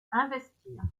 investir